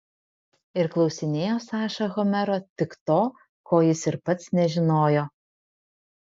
ir klausinėjo saša homero tik to ko jis ir pats nežinojo